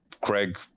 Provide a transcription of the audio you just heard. Craig